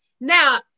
Now